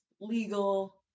legal